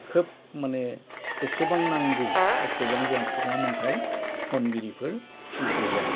खोब माने जेसेबां नांगौ एसेबां जोंहा खुगा मेथाइ खनगिरिफोर गैया